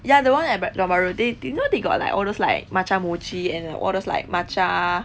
ya the [one] at the ba~ tiong bahru they know they got like all those like matcha mochi and all those like matcha